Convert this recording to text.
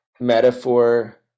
metaphor